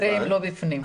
אריתריאים לא בפנים.